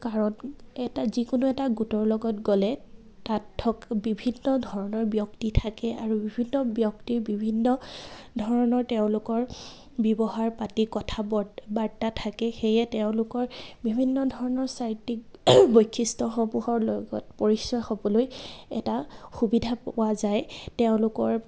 কাৰণ এটা যিকোনো এটা গোটৰ লগত গ'লে তাত থকা বিভিন্ন ধৰণৰ ব্যক্তি থাকে আৰু বিভিন্ন ব্যক্তিৰ বিভিন্ন ধৰণৰ তেওঁলোকৰ ব্যৱহাৰ পাতি কথা বাৰ্তা থাকে সেয়ে তেওঁলোকৰ বিভিন্ন ধৰণৰ চাৰিত্ৰিক বৈশিষ্ট্যসমূহৰ লগত পৰিচয় হ'বলৈ এটা সুবিধা পোৱা যায় তেওঁলোকৰ